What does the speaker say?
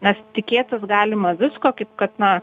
nes tikėtis galima visko kaip kad na